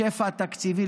שפע תקציבי.